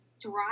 dry